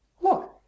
Look